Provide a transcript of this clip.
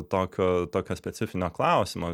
tokio tokio specifinio klausimo